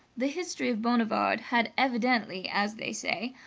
the history of bonivard had evidently, as they say,